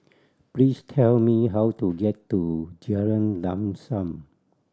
please tell me how to get to Jalan Lam Sam